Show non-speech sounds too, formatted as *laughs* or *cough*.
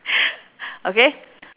*laughs* okay